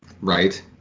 right